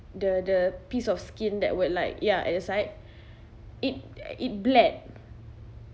the the piece of skin that would like ya at aside it it bled